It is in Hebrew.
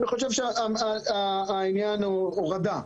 אני חושב שהעניין הוא הורדה.